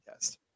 podcast